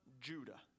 Judah